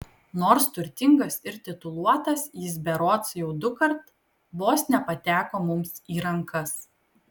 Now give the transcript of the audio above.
nors turtingas ir tituluotas jis berods jau dukart vos nepateko mums į rankas